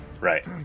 Right